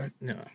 No